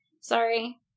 sorry